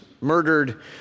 murdered